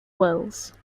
wells